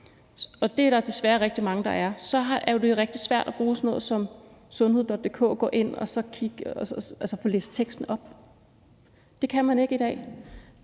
og det er der desværre rigtig mange der er – så er det jo rigtig svært at bruge sådan noget som sundhed.dk i forhold til at gå ind og kigge, for det med at få læst teksten op kan man ikke i dag.